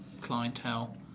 clientele